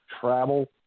travel